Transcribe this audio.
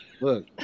Look